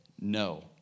no